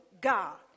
God